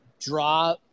Draw